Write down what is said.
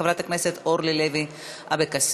חברת הכנסת אורלי לוי אבקסיס.